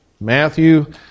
Matthew